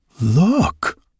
Look